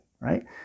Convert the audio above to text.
right